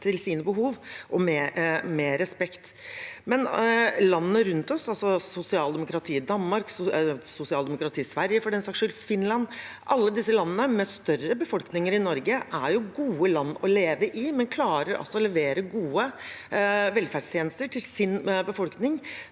folks behov med respekt. Men landene rundt oss, altså sosialdemokratiet i Danmark, sosialdemokratiet i Sverige og for den saks skyld Finland, alle disse landene med større befolkninger enn Norge, er jo gode land å leve i. De klarer altså å levere gode velferdstjenester til sin befolkning,